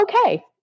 okay